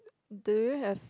do you have